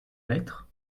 lettres